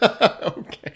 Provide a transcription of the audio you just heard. Okay